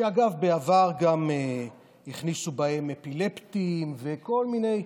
שאגב, בעבר גם כללו בהם אפילפטים וכל מיני,